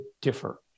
differ